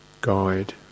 guide